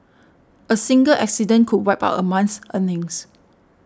a single accident could wipe out a month's earnings